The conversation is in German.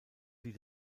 sie